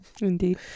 Indeed